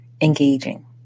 engaging